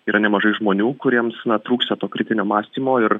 yra nemažai žmonių kuriems trūksta to kritinio mąstymo ir